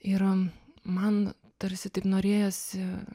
ir man tarsi taip norėjosi